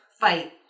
fight